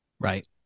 Right